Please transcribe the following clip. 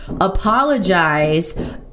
apologize